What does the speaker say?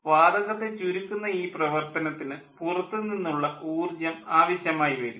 വാതകത്തെ ചുരുക്കുന്ന ഈ പ്രവർത്തനത്തിന് പുറത്തു നിന്നുള്ള ഊർജ്ജം ആവശ്യമായി വരും